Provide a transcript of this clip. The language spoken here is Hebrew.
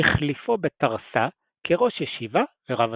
החליפו בתרס"ה כראש ישיבה ורב השכונה.